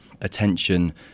attention